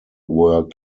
were